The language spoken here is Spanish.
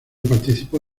participó